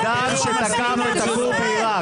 האדם הזה חייב בביטחון מדינת ישראל.